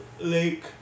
Lake